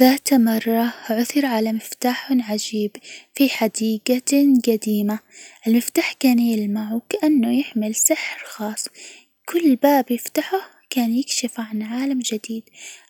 ذات مرة عثر على مفتاح عجيب في حديجة جديمة، المفتاح كان يلمع وكأنه يحمل سحر خاص، كل باب يفتحه كان يكشف عن عالم جديد،